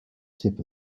tip